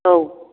औ